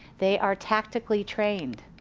they are tactically trained.